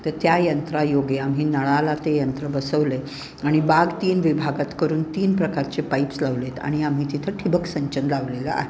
तर त्या यंत्रायोगे आम्ही नळाला ते यंत्र बसवलं आहे आणि बाग तीन विभागात करून तीन प्रकारचे पाईप्स लावलेत आणि आम्ही तिथं ठिबकसंचन लावलेलं आहे